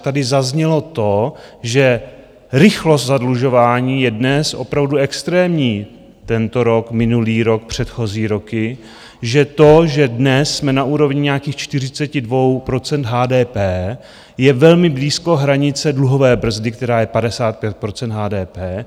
Tady zaznělo to, že rychlost zadlužování je dnes opravdu extrémní tento rok, minulý rok, předchozí roky, že to, že dnes jsme na úrovni nějakých 42 % HDP, je velmi blízko hranice dluhové brzdy, která je 55 % HDP.